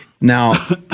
Now